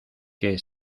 que